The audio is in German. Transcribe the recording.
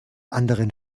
anderen